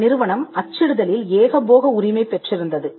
இந்த நிறுவனம் அச்சிடுதலில் ஏகபோக உரிமை பெற்றிருந்தது